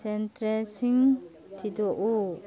ꯁꯦꯟꯇꯔꯁꯤꯡ ꯊꯤꯗꯣꯛꯎ